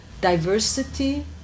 Diversity